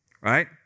right